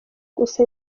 gusa